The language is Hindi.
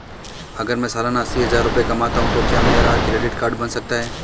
अगर मैं सालाना अस्सी हज़ार रुपये कमाता हूं तो क्या मेरा क्रेडिट कार्ड बन सकता है?